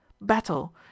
Battle